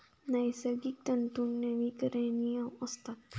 नैसर्गिक तंतू नवीकरणीय असतात